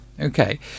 Okay